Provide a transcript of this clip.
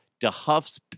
DeHuff's